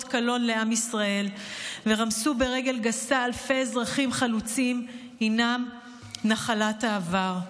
קלון לעם ישראל ורמסו ברגל גסה אלפי אזרחים חלוצים הינם נחלת העבר.